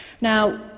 Now